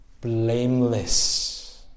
blameless